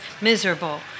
miserable